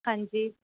ਹਾਂਜੀ